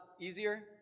easier